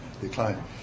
decline